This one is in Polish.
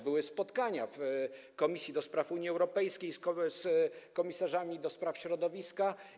Były spotkania w Komisji do Spraw Unii Europejskiej z komisarzami do spraw środowiska.